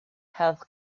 health